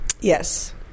Yes